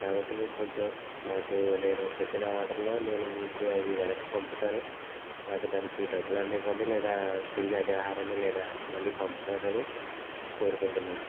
కాబట్టి మీరు కొంచెం నాకు నేను పెట్టిన ఆర్డర్ లో నేను మీకు అవి వెనక్కు పంపుతాను నాకు దానికి డబ్బులు అన్నా ఇవ్వండి లేదా తిరిగి అదే ఆహారాన్ని లేదా మళ్ళీ పంపుతారు అని కోరుకుంటున్నాను